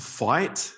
fight